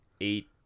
eight